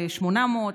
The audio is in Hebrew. ל-800,